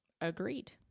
Agreed